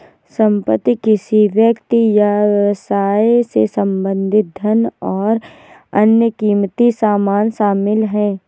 संपत्ति किसी व्यक्ति या व्यवसाय से संबंधित धन और अन्य क़ीमती सामान शामिल हैं